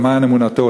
למען אמונתו,